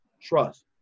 trust